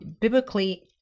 biblically